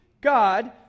God